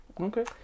Okay